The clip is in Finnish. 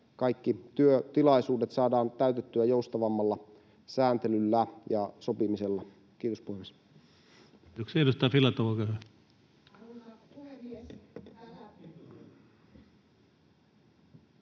kaikki työtilaisuudet saadaan täytettyä joustavammalla sääntelyllä ja sopimisella. — Kiitos, puhemies.